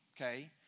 okay